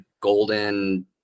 golden